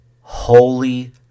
holy